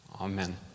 Amen